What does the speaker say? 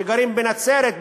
שגרים בנצרת,